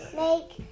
make